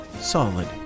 solid